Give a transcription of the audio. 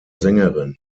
sängerin